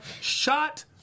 shot